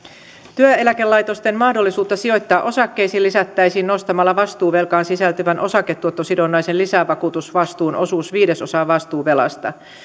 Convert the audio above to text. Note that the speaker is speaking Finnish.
työeläkelaitosten mahdollisuutta sijoittaa osakkeisiin lisättäisiin nostamalla vastuuvelkaan sisältyvän osaketuottosidonnaisen lisävakuutusvastuun osuus viidesosaan vastuuvelasta